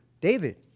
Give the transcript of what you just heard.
David